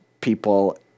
people